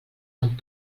amb